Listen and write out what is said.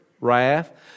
wrath